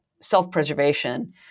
self-preservation